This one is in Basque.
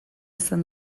izaten